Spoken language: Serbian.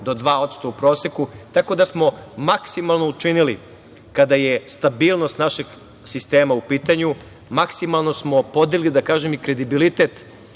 do 2% u proseku, tako da smo maksimalno učinili kada je stabilnost našeg sistema u pitanju, maksimalno smo podigli, da kažem, i kredibilitet